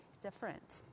different